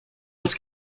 els